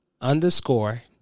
Underscore